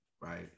right